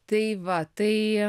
tai va tai